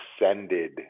ascended